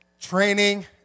training